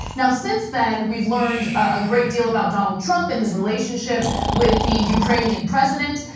now since then, we've learned a great deal about donald trump and his relationship with the ukrainian president.